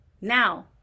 now